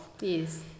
yes